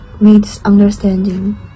misunderstanding